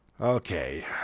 Okay